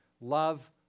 love